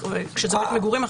כשזה בית מגורים,